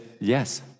Yes